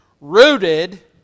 rooted